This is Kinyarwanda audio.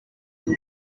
indi